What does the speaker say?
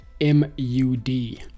M-U-D